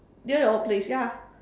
near your workplace ya